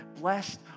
Blessed